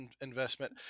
investment